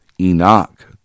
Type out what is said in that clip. Enoch